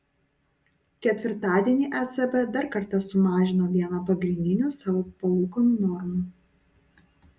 ketvirtadienį ecb dar kartą sumažino vieną pagrindinių savo palūkanų normų